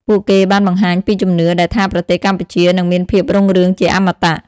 ពួកគេបានបង្ហាញពីជំនឿដែលថាប្រទេសកម្ពុជានឹងមានភាពរុងរឿងជាអមតៈ។